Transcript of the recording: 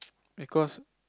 because